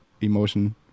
emotion